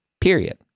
Period